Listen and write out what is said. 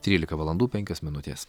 trylika valandų penkios minutės